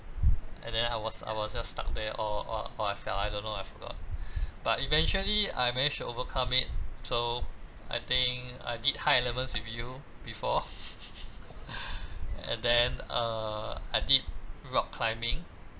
and then I was I was just stuck there or or or I fell I don't know I forgot but eventually I managed to overcome it so I think I did high elements with you before and then uh I did rock climbing